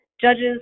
judges